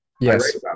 Yes